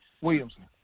Williamson